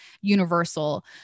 universal